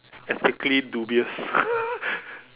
exactly dubious